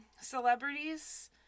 celebrities